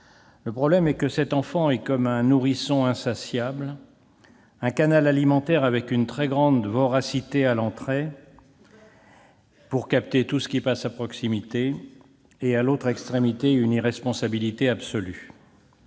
Le problème est que cet enfant est comme un nourrisson insatiable : un canal alimentaire avec une très grande voracité à l'entrée, pour capter tout ce qui passe à proximité, et une irresponsabilité absolue